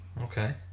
Okay